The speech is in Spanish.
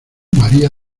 maría